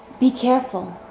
be careful.